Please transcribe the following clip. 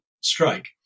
strike